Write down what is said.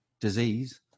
disease